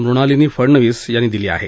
मृणालिनी फडणवीस यांनी दिली आहे